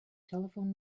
telephone